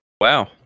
Wow